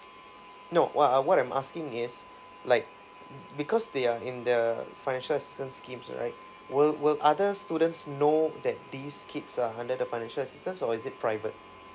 no uh uh what I'm asking is like because they are in the financial assistance schemes right will will other students know that these kids are under the financial assistance or is it private